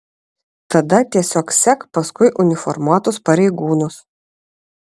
tada tiesiog sek paskui uniformuotus pareigūnus